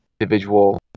individual